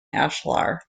ashlar